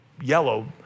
yellow